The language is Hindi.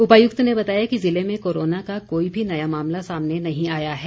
उपायुक्त ने बताया कि जिले में कोरोना का कोई भी नया मामला सामने नहीं आया है